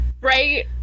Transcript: right